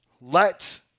Let